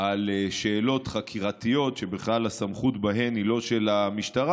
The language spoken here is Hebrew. על שאלות חקירתיות שבכלל הסמכות בהן היא לא של המשטרה,